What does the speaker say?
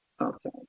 Okay